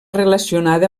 relacionada